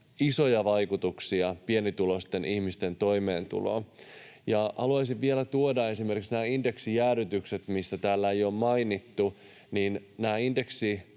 isoja vaikutuksia pienituloisten ihmisten toimeentuloon. Haluaisin vielä tuoda esimerkiksi nämä indeksijäädytykset, mistä täällä ei ole mainittu,